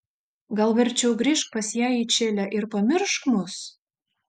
gal verčiau grįžk pas ją į čilę ir pamiršk mus